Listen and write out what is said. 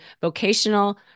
vocational